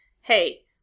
hey